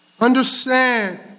Understand